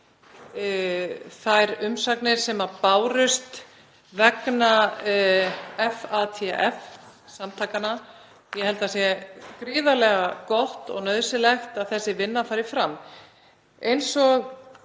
þær umsagnir sem bárust vegna FATF-samtakanna. Ég held að það sé gríðarlega gott og nauðsynlegt að þessi vinna fari fram.